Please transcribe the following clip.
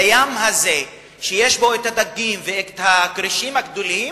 לים הזה שיש בו דגים וכרישים גדולים,